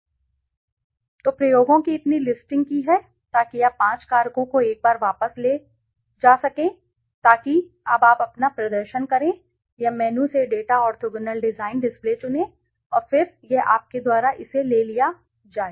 तो 12345oksodatawehavealreadydoneit amIgoingbacksothisisthehowyouhave ने प्रयोगों की इतनी लिस्टिंग की है ताकि आप पांच कारकों को एक बार वापस ले जा सकें ताकि अब आप अपना प्रदर्शन करें या मेनू से डेटा ऑर्थोगोनल डिज़ाइन डिस्प्ले चुनें और फिर यह आपके द्वारा इसे ले लिया जाए